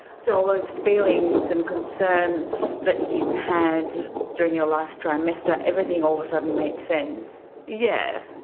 so those feelings and concerns that you had during your last trimester, everything all of a sudden made sense? yeah